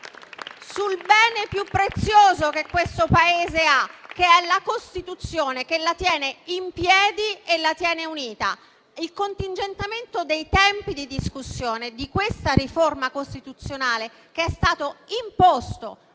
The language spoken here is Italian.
sul bene più prezioso che questo Paese ha, che è la Costituzione, che lo tiene in piedi e unito. Il contingentamento dei tempi della discussione di questa riforma costituzionale che è stato imposto